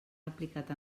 aplicat